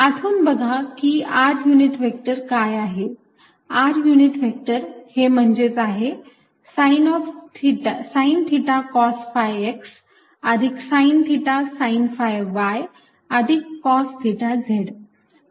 आठवून बघा की r युनिट व्हेक्टर काय आहे r युनिट व्हेक्टर हे म्हणजेच आहे sine theta cos phi x अधिक sine theta sine phi y अधिक कॉस थिटा Z